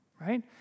right